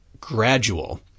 gradual